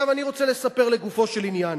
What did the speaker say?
אני רוצה לספר לגופו של עניין.